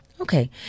Okay